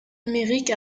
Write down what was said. numérique